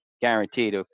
guaranteed